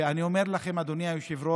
ואני אומר לכם, אדוני היושב-ראש,